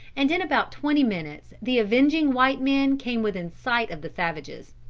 and in about twenty minutes the avenging white men came within sight of the savages.